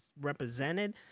represented